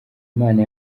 imana